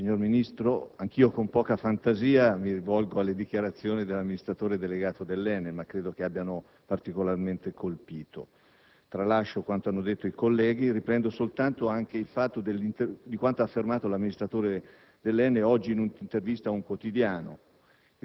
Signor Ministro, anch'io, con poca fantasia, mi rifaccio alle dichiarazioni dell'amministratore delegato dell'ENEL, ma credo che abbiano particolarmente colpito. Tralascio quanto hanno detto i colleghi e riprendo soltanto quanto affermato oggi dall'amministratore dell'ENEL in un'intervista ad un quotidiano,